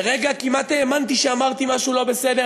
לרגע כמעט האמנתי שאמרתי משהו לא בסדר.